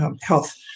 health